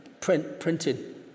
printed